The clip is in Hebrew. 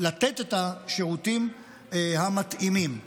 לתת את השירותים המתאימים.